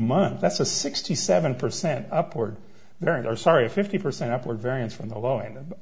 month that's a sixty seven percent upward there sorry fifty percent upward variance from the low end and